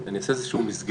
אני אעשה איזושהי מסגרת